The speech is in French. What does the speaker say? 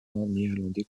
néerlandais